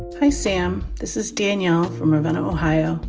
hi, sam. this is danielle from ravenna, ohio.